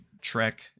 trek